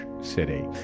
city